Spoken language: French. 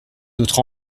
notre